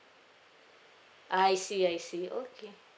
I see I see okay